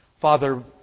Father